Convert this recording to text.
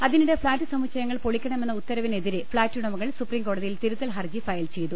അതിനിടെ ഫ്ളാറ്റ് സമുച്ചയങ്ങൾ പൊളിക്കണമെന്ന ഉത്തരവി നെതിരെ ഫ്ളാറ്റുടമകൾ സുപ്രീം കോടതിയിൽ തിരുത്തൽ ഹർജി ഫയൽ ചെയ്തു